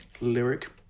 lyric